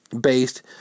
based